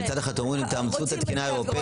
מצד אחד אתם אומרים לי: תאמצו את התקינה האירופית,